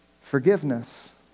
forgiveness